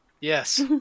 Yes